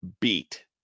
beat